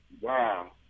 wow